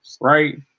Right